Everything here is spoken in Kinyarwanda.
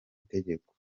itegeko